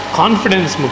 confidence